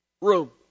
room